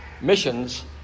Missions